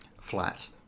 Flat